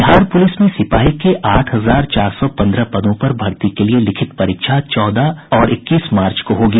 Bihar police में सिपाही के आठ हजार चार सौ पन्द्रह पदों पर भर्ती के लिए लिखित परीक्षा चौदह और इक्कीस मार्च को होगी